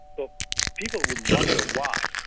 but people would wonder why,